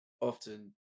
often